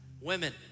Women